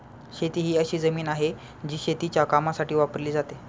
शेती ही अशी जमीन आहे, जी शेतीच्या कामासाठी वापरली जाते